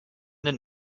den